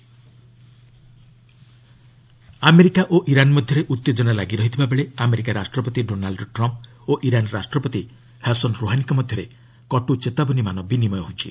US Iran America ଓ Iran ମଧ୍ୟରେ ଉତ୍ତେଜନା ଲାଗି ରହିଥିବାବେଳେ ଆମେରିକା ରାଷ୍ଟ୍ରପତି ଡୋନାଲ୍ ଟ୍ରମ୍ପ୍ ଓ ଇରାନ ରାଷ୍ଟ୍ରପତି ହାସନ୍ ରୋହାନୀଙ୍କ ମଧ୍ୟରେ କଟ୍ ଚେତାବନୀମାନ ବିନିମୟ ହୋଇଛି